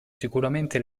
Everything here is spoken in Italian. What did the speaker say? sicuramente